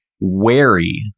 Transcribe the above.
wary